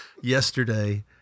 yesterday